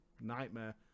Nightmare